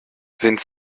sind